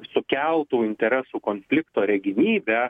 sukeltų interesų konflikto regimybę